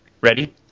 Ready